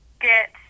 get